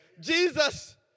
Jesus